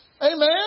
Amen